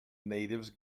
natives